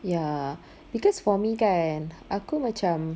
ya because for me kan aku macam